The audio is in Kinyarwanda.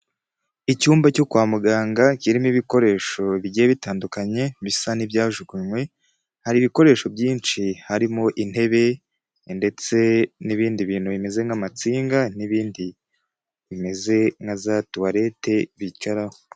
Icyumba cyo kwa muganga kirimo ibikoresho bigiye bitandukanye bisa n'ibyajugunywe. Hari ibikoresho byinshi harimo intebe ndetse n'ibindi bintu bimeze nk'amatsinga n'ibindi bimeze nka za tuwarete bicaraho.